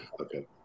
okay